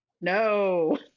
No